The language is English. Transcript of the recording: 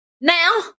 Now